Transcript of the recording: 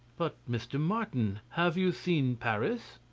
but, mr. martin, have you seen paris?